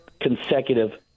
consecutive